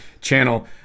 channel